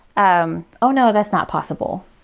um oh, no. that's not possible.